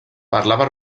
parlava